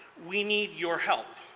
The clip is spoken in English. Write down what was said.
we need your help.